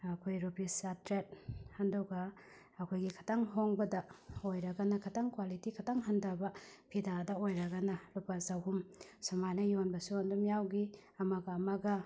ꯑꯩꯈꯣꯏ ꯔꯨꯄꯤꯁ ꯆꯥꯇ꯭ꯔꯦꯠ ꯑꯗꯨꯒ ꯑꯩꯈꯣꯏꯒꯤ ꯈꯤꯇꯪ ꯍꯣꯡꯕꯗ ꯑꯣꯏꯔꯒꯅ ꯈꯤꯇꯪ ꯀ꯭ꯋꯥꯂꯤꯇꯤ ꯈꯤꯇꯪ ꯍꯟꯊꯕ ꯐꯤꯗꯥꯗ ꯑꯣꯏꯔꯒꯅ ꯂꯨꯄꯥ ꯆꯍꯨꯝ ꯁꯨꯃꯥꯏꯅ ꯌꯣꯟꯕꯁꯨ ꯑꯗꯨꯝ ꯌꯥꯎꯈꯤ ꯑꯃꯒ ꯑꯃꯒ